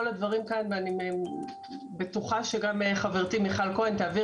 ואני בטוחה שגם חברתי מיכל כהן תעביר